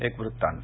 एक वृत्तांत